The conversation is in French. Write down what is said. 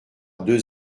deux